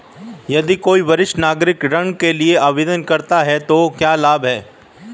यदि कोई वरिष्ठ नागरिक ऋण के लिए आवेदन करता है तो क्या लाभ हैं?